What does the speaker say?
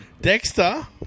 Dexter